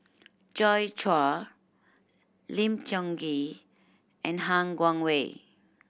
Joi Chua Lim Tiong Ghee and Han Guangwei